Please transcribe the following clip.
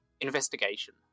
Investigation